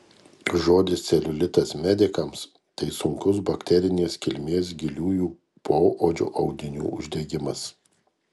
žodis celiulitas medikams tai sunkus bakterinės kilmės giliųjų poodžio audinių uždegimas